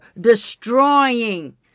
Destroying